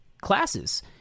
classes